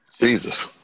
Jesus